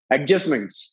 Adjustments